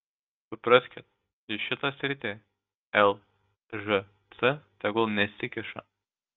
supraskit į šitą sritį lžc tegul nesikiša